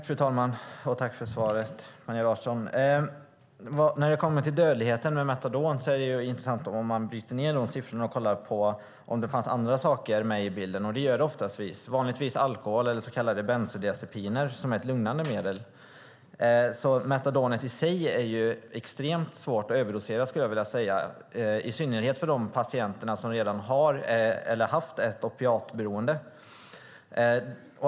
Fru talman! Tack för svaret, Maria Larsson! När det gäller dödlighet med metadon är det intressant om man bryter ned de siffrorna och tittar på om det fanns andra saker med i bilden. Det gör det oftast. Det är vanligtvis alkohol eller så kallade bensodiazepiner, som är ett lugnande medel. Metadonet i sig är extremt svårt att överdosera, skulle jag vilja säga, i synnerhet för de patienter som redan har eller har haft ett opiatberoende.